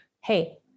hey